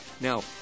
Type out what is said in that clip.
Now